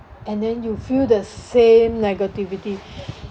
and then you feel the same negativity